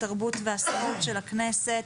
התרבות והספורט של הכנסת.